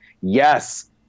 yes